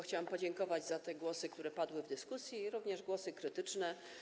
Chciałam podziękować za głosy, które padły w dyskusji, również za głosy krytyczne.